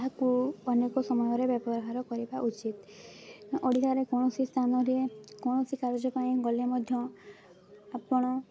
ତାହାକୁ ଅନେକ ସମୟରେ ବ୍ୟବହାର କରିବା ଉଚିତ୍ ଓଡ଼ିଶାରେ କୌଣସି ସ୍ଥାନରେ କୌଣସି କାର୍ଯ୍ୟ ପାଇଁ ଗଲେ ମଧ୍ୟ ଆପଣ